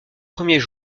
premiers